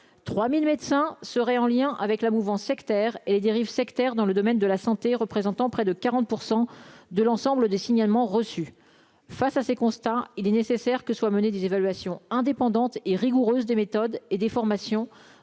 3000 médecins seraient en lien avec la mouvance sectaire et les dérives sectaires dans le domaine de la santé, représentant près de 40 pour 100 de l'ensemble des signalements reçus face à ces constats, il est nécessaire que soient menées des évaluations indépendantes et rigoureuses, des méthodes et des formations